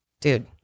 dude